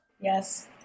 Yes